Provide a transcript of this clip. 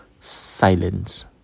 Silence